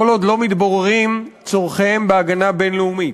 כל עוד לא מתבררים צורכיהם בהגנה בין-לאומית.